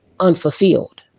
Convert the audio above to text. unfulfilled